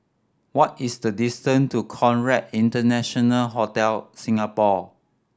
what is the distance to Conrad International Hotel Singapore